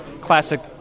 classic